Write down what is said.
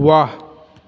वाह